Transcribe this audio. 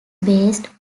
based